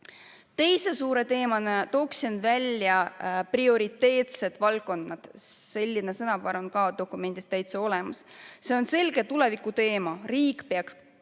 Teise suure teemana toon välja prioriteetsed valdkonnad. Selline sõnapaar on ka dokumendis täitsa olemas. See on selge tulevikuteema. Riik peaks